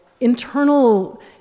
internal